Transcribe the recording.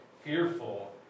fearful